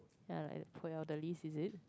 ya the list is it